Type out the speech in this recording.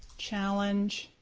challenge,